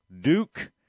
Duke